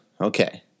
Okay